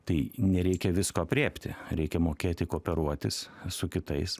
tai nereikia visko aprėpti reikia mokėti kooperuotis su kitais